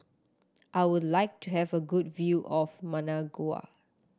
I would like to have a good view of Managua